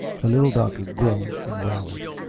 the little doctor groaned, and rallied.